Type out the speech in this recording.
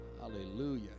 Hallelujah